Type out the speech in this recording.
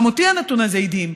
גם אותי הנתון הזה הדהים,